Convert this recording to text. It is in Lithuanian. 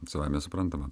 savaime suprantama